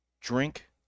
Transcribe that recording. drink